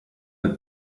del